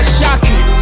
shocking